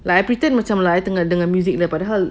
like I pretend macam dengar music daripada hal